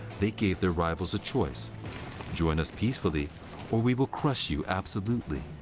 they gave their rivals a choice join us peacefully or we will crush you absolutely.